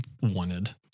wanted